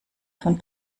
von